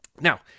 Now